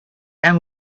and